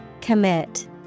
commit